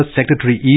Secretary